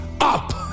up